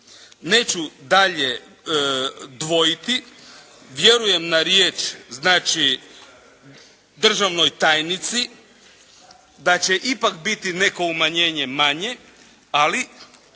neću dalje dvojiti. Vjerujem na riječ znači državnoj tajnici da će ipak biti neko umanjenje manje, ali